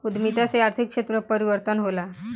उद्यमिता से आर्थिक क्षेत्र में परिवर्तन होला